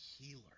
healer